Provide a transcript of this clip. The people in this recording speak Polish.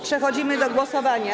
Przechodzimy do głosowania.